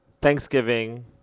Thanksgiving